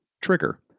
trigger